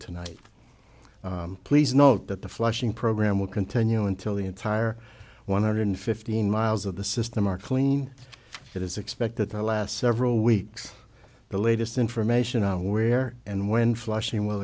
tonight please note that the flushing program will continue until the entire one hundred fifteen miles of the system are clean that is expected to last several weeks the latest information on where and when flushing will